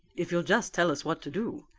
if you'll just tell us what to do.